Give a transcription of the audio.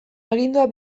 agindua